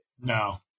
No